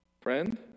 friend